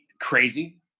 crazy